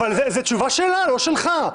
זו תשובה שלה, לא שלך.